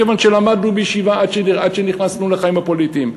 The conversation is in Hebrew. כיוון שלמדנו בישיבה עד שנכנסנו לחיים הפוליטיים.